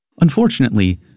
Unfortunately